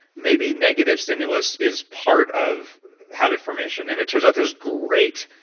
maybe negative stimulus is part of habit formation, and it turns out there's great,